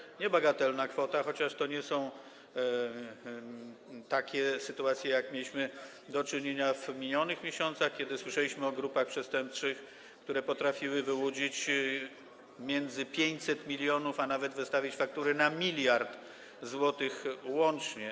Jest to niebagatelna kwota, chociaż to nie są takie sytuacje, z jakimi mieliśmy do czynienia w minionych miesiącach, kiedy słyszeliśmy o grupach przestępczych, które potrafiły wyłudzić 500 mln, a nawet wystawić faktury na 1 mld zł łącznie.